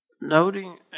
noting